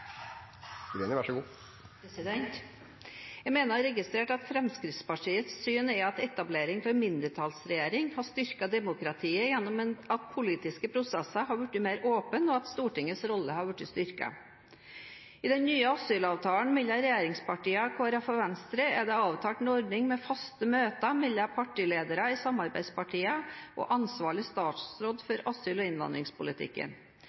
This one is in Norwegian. at etablering av en mindretallsregjering har styrket demokratiet gjennom at politiske prosesser har blitt mer åpne, og at Stortingets rolle har blitt styrket. I den nye asylavtalen mellom regjeringspartiene, Kristelig Folkeparti og Venstre er det avtalt en ordning med faste møter mellom partilederne i samarbeidspartiene og ansvarlig statsråd for asyl- og innvandringspolitikken.